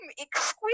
exquisite